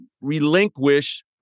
relinquish